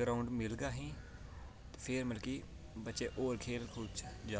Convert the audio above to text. ground मिल्लगा असें ई की बच्चे होर खेल च जाह्ग